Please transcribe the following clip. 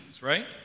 right